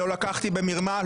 לא לקחתי במרמה,